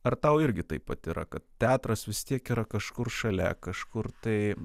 ar tau irgi taip pat yra kad teatras vis tiek yra kažkur šalia kažkur tai